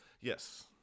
Yes